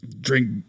drink